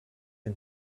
and